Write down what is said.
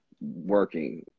working